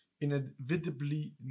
Inevitably